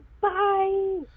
Bye